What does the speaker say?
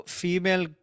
female